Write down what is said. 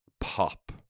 pop